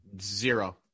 Zero